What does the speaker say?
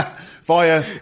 Via